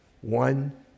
one